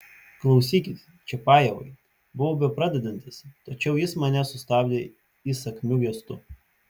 klausykit čiapajevai buvau bepradedantis tačiau jis mane sustabdė įsakmiu gestu